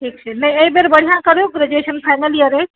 ठीक छै नहि एहि बेर बढ़िआँ करू ग्रैजूएशन फाइनल इयर अछि